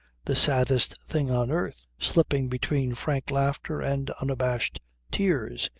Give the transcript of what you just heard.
the saddest thing on earth, slipping between frank laughter and unabashed tears.